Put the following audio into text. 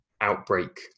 outbreak